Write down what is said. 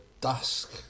dusk